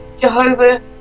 jehovah